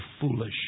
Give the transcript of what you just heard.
foolish